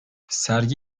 sergi